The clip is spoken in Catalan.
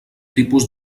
tipus